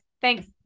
thanks